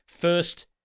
first